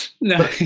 No